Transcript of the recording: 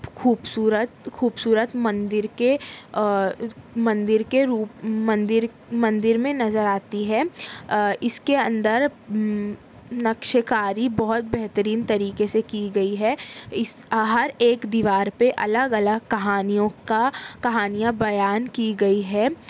خوبصورت خوبصورت مندر کے مندر کے روپ مندر مندر میں نظر آتی ہے اس کے اندر نقشکاری بہت بہتریں طریقے سے کی گئی ہے ہر ایک دیوار پہ الگ الگ کہانیوں کا کھانیاں بیان کی گئی ہے